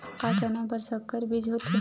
का चना बर संकर बीज होथे?